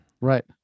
Right